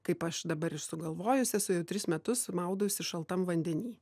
kaip aš dabar ir sugalvojus esu jau tris metus maudausi šaltam vandeny